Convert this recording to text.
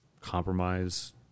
compromise